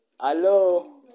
Hello